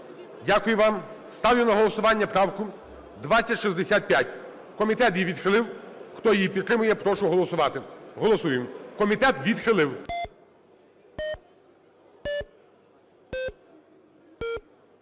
Дякую вам. Ставлю на голосування правку 2065. Комітет її відхилив. Хто її підтримує, прошу голосувати. Голосуємо. Комітет відхилив.